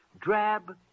drab